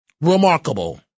Remarkable